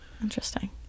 Interesting